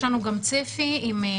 יש לנו גם צפי מדויק,